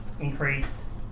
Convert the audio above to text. increase